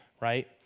right